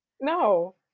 No